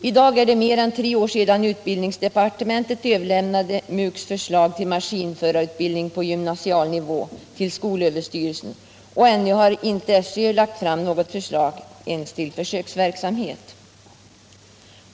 I dag är det mer än tre år sedan utbildningsdepartementet överlämnade MUK:s förslag till maskinförarutbildning på gymnasial nivå till skolöverstyrelsen, och ännu har SÖ inte lagt fram något förslag ens till försöksverksamhet.